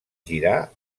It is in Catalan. girar